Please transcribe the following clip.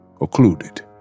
occluded